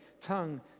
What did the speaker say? tongue